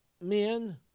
men